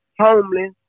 homeless